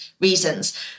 reasons